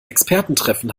expertentreffen